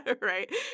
Right